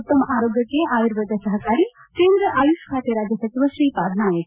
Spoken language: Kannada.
ಉತ್ತಮ ಆರೋಗ್ಯಕ್ಕೆ ಆಯುರ್ವೇದ ಸಪಕಾರಿ ಕೇಂದ್ರ ಆಯುಷ್ ಖಾತೆ ರಾಜ್ಯ ಸಚಿವ ಶ್ರೀಪಾದ್ ನಾಯಕ್